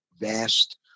vast